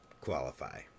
qualify